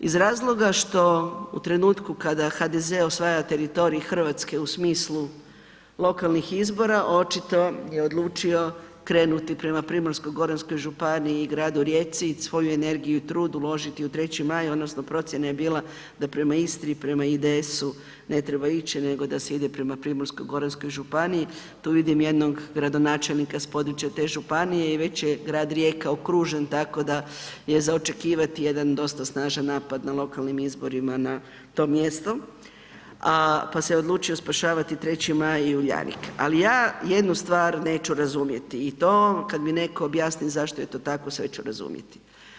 Iz razloga što u trenutku kada HDZ osvaja teritorij Hrvatske u smislu lokalnih izbora, očito je odlučio krenuti prema Primorsko-goranskoj županiji, gradu Rijeci i svoju energiju, trud uložiti u 3. maj odnosno procjena je bila da prema Istri i IDS-u ne treba ići nego da se ide prema Primorsko-goranskoj županiji, tu vidim jednog gradonačelnika s područja te županije i već je grad Rijeka okružen, tako da je za očekivati jedan dosta snažan napada na lokalnim izborima na to mjesto pa se odlučio spašavati 3. maj i Uljanik, ali ja jednu stvar neću razumjeti i to kad mi netko objasni zašto je to tako, sve ću razumjeti.